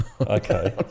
Okay